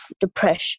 depression